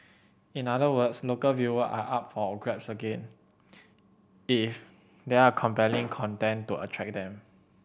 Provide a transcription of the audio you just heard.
in other words local viewers are up for grabs again if there are compelling content to attract them